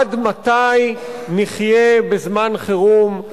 עד מתי נחיה בזמן חירום?